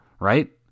right